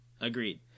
Agreed